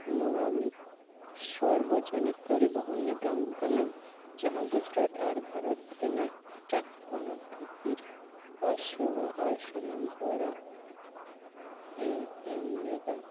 ᱱᱚᱶᱟ ᱢᱤᱫ ᱥᱚᱨᱵᱚᱡᱚᱱᱤᱠ ᱯᱚᱨᱤᱵᱚᱦᱚᱱ ᱱᱤᱜᱚᱢ ᱠᱟᱱᱟ ᱡᱟᱦᱟᱸ ᱜᱩᱡᱽᱨᱟᱴ ᱟᱨ ᱵᱷᱟᱨᱚᱛ ᱨᱮᱱᱟᱜ ᱮᱴᱟᱜ ᱯᱚᱱᱚᱛ ᱵᱷᱤᱛᱤᱨ ᱵᱟᱥ ᱥᱮᱵᱟ ᱟᱨ ᱥᱟᱱᱟᱢ ᱦᱚᱲᱟᱜ ᱮ ᱮᱢ ᱮᱫᱟ